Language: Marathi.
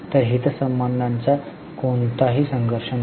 तर हितसंबंधाचा कोणताही संघर्ष नाही